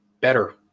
better